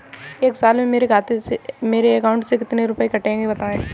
एक साल में मेरे अकाउंट से कितने रुपये कटेंगे बताएँ?